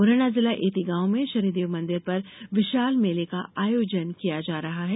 मुरैना जिले ऐती गॉव में शनिदेव मंदिर पर विशाल मेले का आयोजन किया जा रहा है